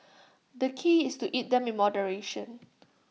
the key is to eat them in moderation